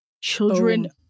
children